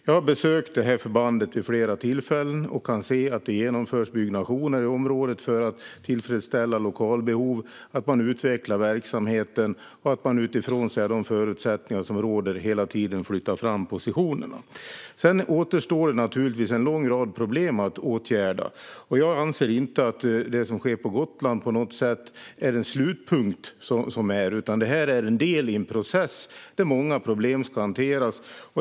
Jag har besökt det här förbandet vid flera tillfällen och kan se att det genomförs byggnationer i området för att tillfredsställa lokalbehov, att man utvecklar verksamheten och att man utifrån de förutsättningar som råder hela tiden flyttar fram positionerna. Sedan återstår naturligtvis en lång rad problem att åtgärda. Jag anser inte att det som sker på Gotland på något sätt är en slutpunkt. Det här är en del i en process där många problem ska hanteras.